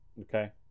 Okay